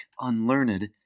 unlearned